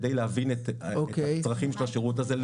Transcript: כדי להבין את הצרכים של השירות הזה.